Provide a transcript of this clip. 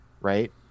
right